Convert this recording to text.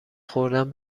خوردن